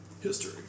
History